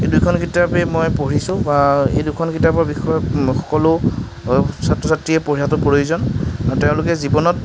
এই দুখন কিতাপেই মই পঢ়িছোঁ বা এই দুখন কিতাপৰ বিষয়ে সকলো ছাত্ৰ ছাত্ৰীয়ে পঢ়াটো প্ৰয়োজন তেওঁলোকে জীৱনত